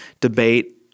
debate